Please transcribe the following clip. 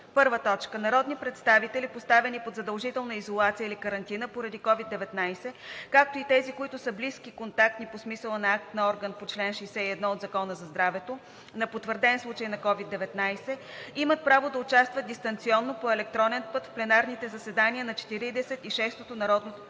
следва: 1. Народни представители, поставени под задължителна изолация или карантина поради COVID-19, както и тези, които са близки контактни по смисъла на акт на орган по чл. 61 от Закона за здравето на потвърден случай на COVID-19, имат право да участват дистанционно по електронен път в пленарните заседания на Четиридесет